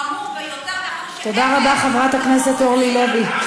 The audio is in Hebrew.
חמור ביותר, תודה רבה, חברת הכנסת אורלי לוי.